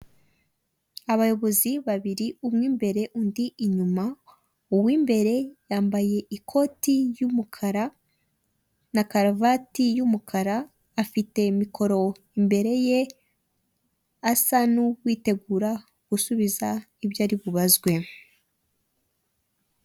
Abayobozi babiri umwe imbere undi inyuma uw'imbere yambaye ikoti ry’umukara na karuvati y’umukara afite mikoro imbere ye asa nuwitegura gusubiza ibyo ari bubazwe.